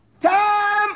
Time